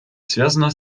связана